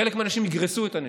חלק מהאנשים יגרסו את הנשק.